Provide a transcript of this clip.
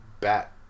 bat